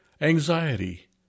anxiety